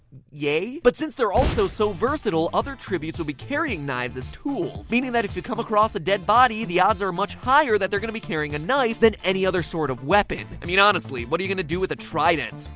yay? but since they're also so versatile other tributes will be carrying knives as tools. meaning, that if you come across a dead body the odds are much higher that they're gonna be carrying a knife than any other sort of weapon. i mean honestly. what are you gonna do with a trident?